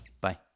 Bye